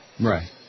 Right